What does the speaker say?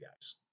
guys